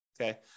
Okay